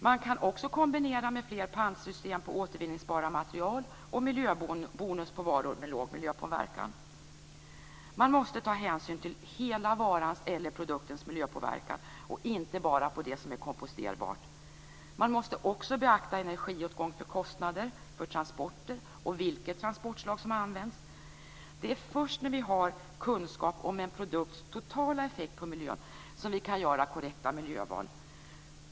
Man kan också kombinera med fler pantsystem för återvinningsbara material och miljöbonus för varor med låg miljöpåverkan. Man måste ta hänsyn till hela varans eller produktens miljöpåverkan och inte bara om den är komposterbar. Man måste också beakta energiåtgång, kostnader för transporter och vilket transportslag som har använts. Det är först när vi har kunskap om en produkts totala effekt på miljön som vi kan göra korrekta miljöval.